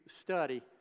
study